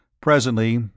Presently